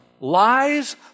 lies